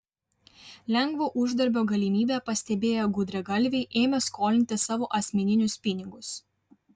lengvo uždarbio galimybę pastebėję gudragalviai ėmė skolinti savo asmeninius pinigus